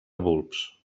bulbs